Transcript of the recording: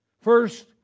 First